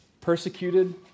persecuted